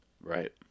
right